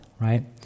right